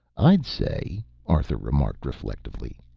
i'd say, arthur remarked reflectively,